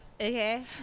Okay